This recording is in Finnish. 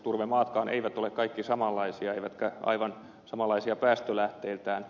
turvemaatkaan eivät ole kaikki samanlaisia eivätkä aivan samanlaisia päästölähteiltään